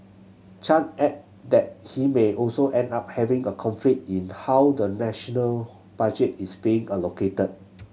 Chan add that we may also end up having a conflict in how the national budget is being allocated